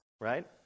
right